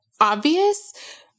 obvious